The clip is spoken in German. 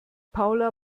paula